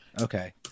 okay